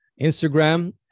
Instagram